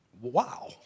Wow